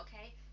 okay